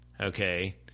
okay